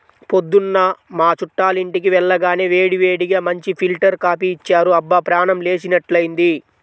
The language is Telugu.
పొద్దున్న మా చుట్టాలింటికి వెళ్లగానే వేడివేడిగా మంచి ఫిల్టర్ కాపీ ఇచ్చారు, అబ్బా ప్రాణం లేచినట్లైంది